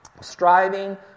striving